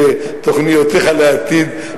ותוכניותיך לעתיד,